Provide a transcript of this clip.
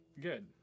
Good